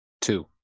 Two